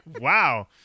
wow